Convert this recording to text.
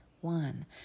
one